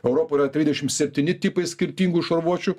europoj yra trisdešimt septyni tipai skirtingų šarvuočių